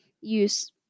use